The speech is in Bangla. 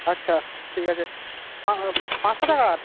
আচ্ছা ঠিক আছে পাঁচশো টাকার